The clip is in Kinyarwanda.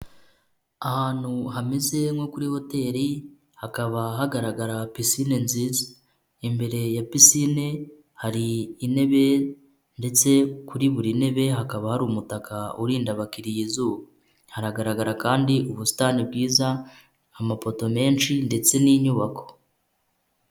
Ahantu hameze nko kuri hoteli hakaba hagaragara pisine nziza, imbere ya pisine hari intebe ndetse kuri buri ntebe hakaba hari umutaka urinda abakiriya izuba, haragaragara kandi ubusitani bwiza, amafoto menshi ndetse n'inyubako.